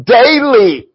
daily